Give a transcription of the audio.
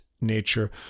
nature